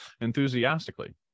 enthusiastically